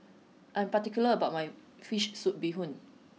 I am particular about my fish soup bee hoon